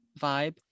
vibe